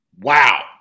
Wow